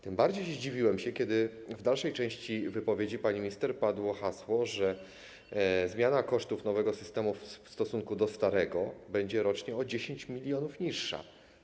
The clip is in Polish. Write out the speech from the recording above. Tym bardziej zdziwiłem się, kiedy w dalszej części wypowiedzi pani minister padło hasło, że zmiana kosztów nowego systemu w stosunku do starego będzie rocznie o 10 mln niższa.